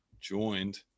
joined